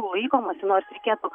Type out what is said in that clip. laikomasi nors reikėtų